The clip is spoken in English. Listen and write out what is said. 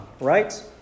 right